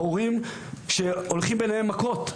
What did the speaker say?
הורים שהולכים ביניהם מכות.